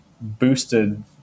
boosted